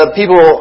people